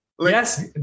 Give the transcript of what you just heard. Yes